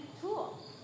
tool